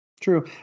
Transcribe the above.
True